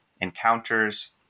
encounters